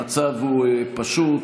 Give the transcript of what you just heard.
המצב הוא פשוט: